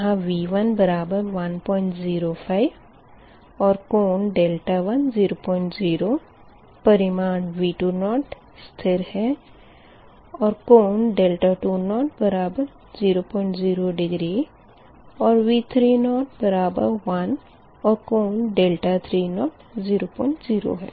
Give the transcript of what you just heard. यहाँ V1 बराबर 105 और कोण 1 00 परिमाण V20 स्थिर है और कोण 20 00 डिग्री और V30 10 और कोण 30 00 है